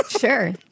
sure